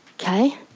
Okay